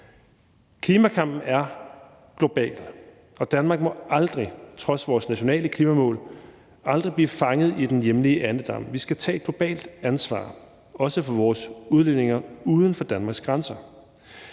Klimakampen er global, og Danmark må trods vores nationale klimamål aldrig blive fanget i den hjemlige andedam. Vi skal tage et globalt ansvar, også for vores udledninger uden for Danmarks grænser.